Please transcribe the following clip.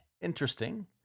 Interesting